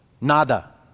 nada